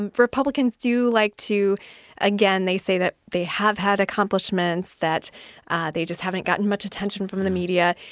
and republicans do like to again, they say that they have had accomplishments, that they just haven't gotten much attention from the media.